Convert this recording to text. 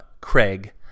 Craig